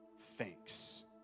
thanks